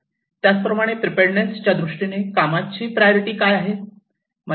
त्याच प्रमाणे प्रीपेडनेस च्या दृष्टीने कामाचे प्रायोरिटी काय आहे